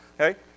Okay